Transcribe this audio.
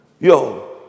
Yo